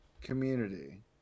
community